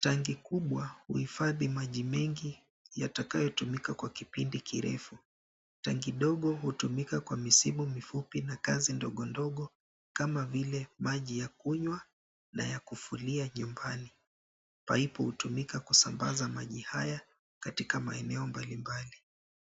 Tanki kubwa huhifadhi maji mengi yatakayotumika kwa kipindi kirefu. Tanki ndogo hutmika kwa misimu mifupi na kazi ndogondogo kama vile maji ya kunywa na ya kufulia nyumbani. Paipu hutumika kusambaza maji haya katika maeneo mbalimbali.